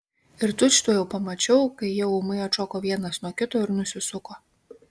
ir tučtuojau pamačiau kai jie ūmai atšoko vienas nuo kito ir nusisuko